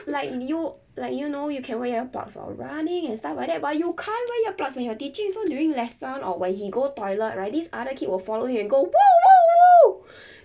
like you like you know you can wear earplugs or running and stuff like that but you can't wear earplugs when you're teaching so during lesson or when he go toilet right this other kid will follow him and go !whoa! !whoa! !whoa!